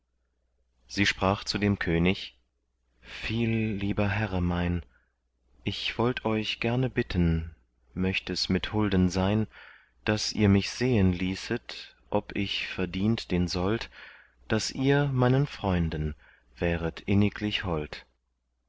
sie sprach zu dem könig viel lieber herre mein ich wollt euch gerne bitten möcht es mit hulden sein daß ihr mich sehen ließet ob ich verdient den sold daß ihr meinen freunden wäret inniglich hold